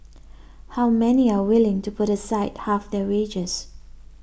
how many are willing to put aside half their wages